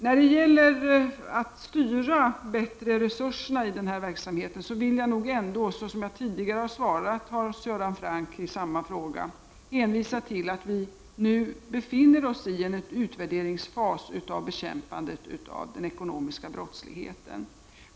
När det gäller att bättre styra resurserna, vill jag nog ändå, såsom jag tidigare har svarat Hans Göran Franck i samma fråga, hänvisa till att vi nu befinner oss i en utvärderingsfas beträffande bekämpandet av den ekonomiska brottsligheten.